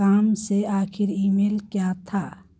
काम से आखिरी ईमेल क्या था